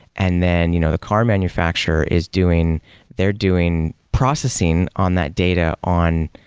and then you know the car manufacturer is doing they're doing processing on that data on,